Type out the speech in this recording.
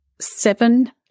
seven